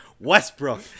Westbrook